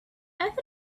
thought